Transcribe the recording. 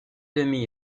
demi